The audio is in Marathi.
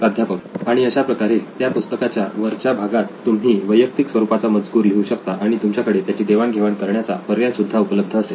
प्राध्यापक आणि अशाप्रकारे त्या पुस्तकाच्या वरच्या भागात तुम्ही वैयक्तिक स्वरूपाचा मजकूर लिहू शकता आणि तुमच्याकडे त्याची देवाण घेवाण करण्याचा पर्याय सुद्धा उपलब्ध असेल